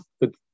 good